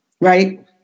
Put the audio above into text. right